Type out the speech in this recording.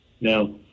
No